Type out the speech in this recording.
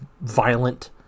violent